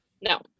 no